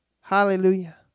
Hallelujah